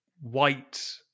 white